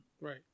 right